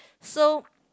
so